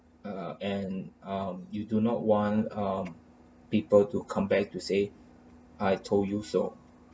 uh and um you do not want um people to come back to say I told you so